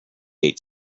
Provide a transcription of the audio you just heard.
ate